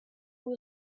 who